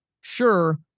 sure